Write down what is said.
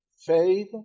faith